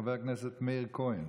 חבר הכנסת מאיר כהן,